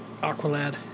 Aqualad